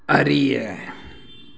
அறிய